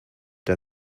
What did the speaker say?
der